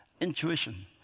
Intuition